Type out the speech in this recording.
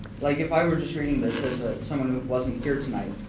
like if i were just reading this as ah someone who wasn't here tonight,